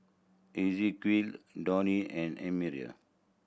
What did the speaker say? Esequiel Donny and Amira